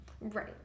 Right